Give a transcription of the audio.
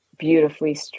beautifully